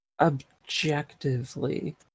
objectively